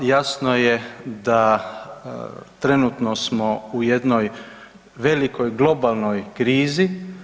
Jasno je da trenutno smo u jednoj velikoj globalnoj krizi.